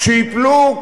כשייפלו טילים,